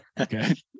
Okay